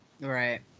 Right